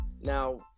now